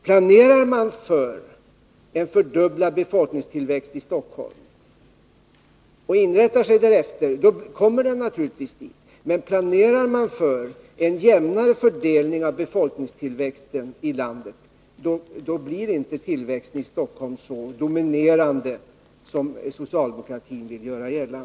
Planerar man för en fördubblad befolkningstillväxt i Stockholm och inrättar sig därefter, kommer befolkningen naturligtvis att bosätta sig där. Men planerar man för en jämnare fördelning av befolkningstillväxten i landet, blir inte tillväxten i Stockholm så dominerande som socialdemokratin vill.